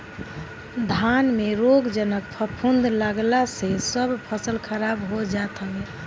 धान में रोगजनक फफूंद लागला से सब फसल खराब हो जात हवे